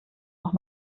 noch